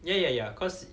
ya ya ya cause